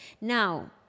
Now